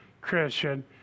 Christian